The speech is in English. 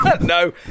no